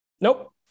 Nope